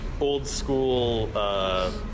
old-school